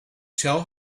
tell